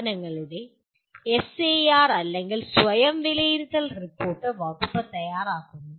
സ്ഥാപനങ്ങളുടെ എസ്എആർ അല്ലെങ്കിൽ സ്വയം വിലയിരുത്തൽ റിപ്പോർട്ട് വകുപ്പ് തയ്യാറാക്കുന്നു